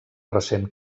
recent